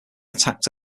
attacked